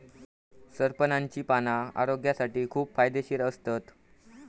सरपणाची पाना आरोग्यासाठी खूप फायदेशीर असतत